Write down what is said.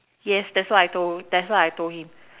yes that's what I told that's why I told him